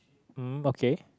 mm okay